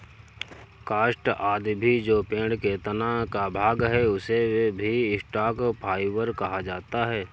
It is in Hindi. काष्ठ आदि भी जो पेड़ के तना का भाग है, उसे भी स्टॉक फाइवर कहा जाता है